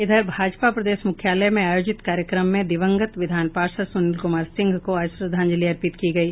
इधर भाजपा प्रदेश मुख्यालय में आयोजित कार्यक्रम में दिवंगत विधान पार्षद सुनील कुमार सिंह को आज श्रद्धांजलि अर्पित की गयी